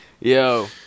Yo